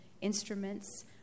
instruments